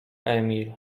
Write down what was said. emil